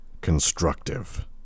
constructive